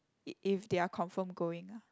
if they are confirm going